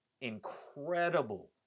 incredible